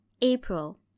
April